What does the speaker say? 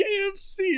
KFC